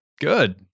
good